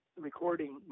recording